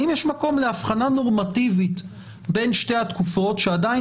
האם יש מקום לאבחנה נורמטיבית בין שתי התקופות שעדיין